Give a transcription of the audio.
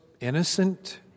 Innocent